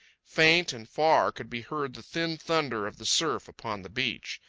faint and far could be heard the thin thunder of the surf upon the beach.